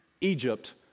Egypt